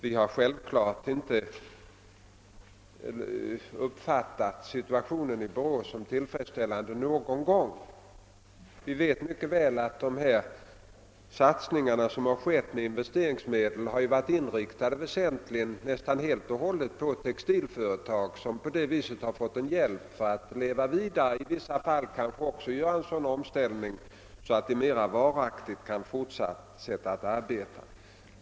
Vi har självklart inte någon gång uppfattat situationen i Borås som tillfredsställande. Vi vet mycket väl att de satsningar som har skett med investeringsfondsmedel nästan helt och hållet har varit inriktade på textilföretag, som på det sättet har fått en hjälp för att leva vidare, i vissa fall kanske också göra en sådan omställning att de mera varaktigt kan fortbestå.